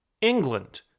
England